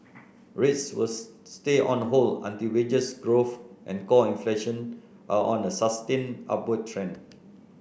rates will stay on hold until wages growth and core inflation are on a sustained upward trend